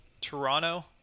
Toronto